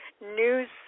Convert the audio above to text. news